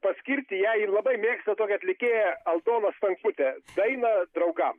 paskirti jai jin labai mėgsta tokią atlikėją aldoną stankutę dainą draugam